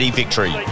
victory